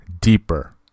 deeper